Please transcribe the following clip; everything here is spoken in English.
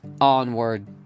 onward